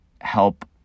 help